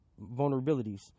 vulnerabilities